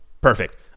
Perfect